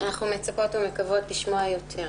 אנחנו מצפות ומקוות לשמוע יותר.